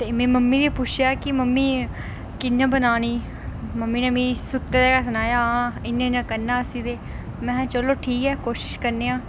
ते में मम्मी गी पुच्छेआ कि मम्मी कि'यां बनानी मम्मी नै मिगी सुत्ते दे गै सनाया आं इं'या इं'या करना इसी ते मे हें ठीक ऐ कोशिश करने आं